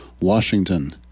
washington